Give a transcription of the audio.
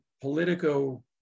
Politico